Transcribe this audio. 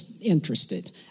interested